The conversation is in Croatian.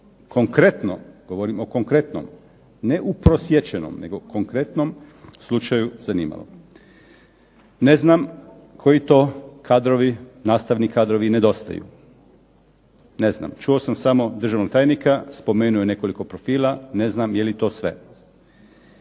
konkretno, govorim o konkretnom ne uprosječenom nego konkretnom slučaju zanimalo. Ne znam koji to kadrovi, nastavni kadrovi nedostaju. Ne znam. Čuo sam samo državnog tajnika. Spomenuo je nekoliko profila. Ne znam je li to sve.